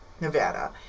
Nevada